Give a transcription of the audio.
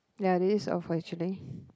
ya this is all for actually